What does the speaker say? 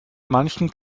manchem